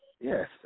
Yes